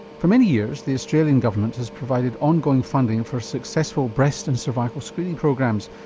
for many years the australian government has provided ongoing funding for successful breast and cervical screening programs,